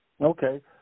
Okay